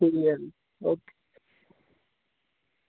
ठीक ऐ भी ओके